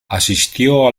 asistió